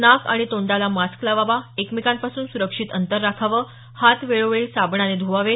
नाक आणि तोंडाला मास्क लावावा एकमेकांपासून सुरक्षित अंतर राखावं हात वेळोवेळी साबणाने ध्वावेत